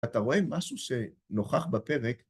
אתה רואה משהו שנוכח בפרק?